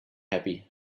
happy